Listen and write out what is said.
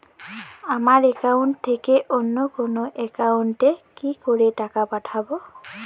আমার একাউন্ট থেকে অন্য কারো একাউন্ট এ কি করে টাকা পাঠাবো?